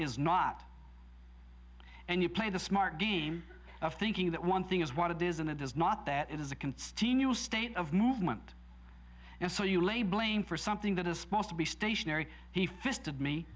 is not and you play the smart game of thinking that one thing is what it is and it does not that it is a can steam you a state of movement and so you lay blame for something that is supposed to be stationary he fist